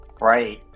Right